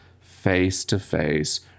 face-to-face